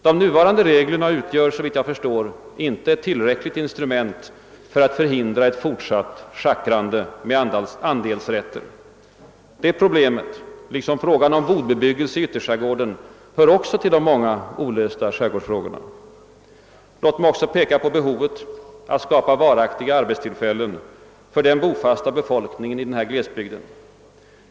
De nuvarande reglerna utgör, såvitt jag förstår, inte ett tillräckligt instrument för att förhindra ett fortsatt schackrande med andelsrätter. Detta, liksom bodbebyggelsen på ytterskären, hör också till de många olösta skärgårdsfrågorna. Låt mig även peka på behovet av att skapa varaktiga arbetstillfällen för den bofasta befolkningen i denna glesbygd.